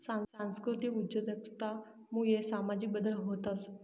सांस्कृतिक उद्योजकता मुये सामाजिक बदल व्हतंस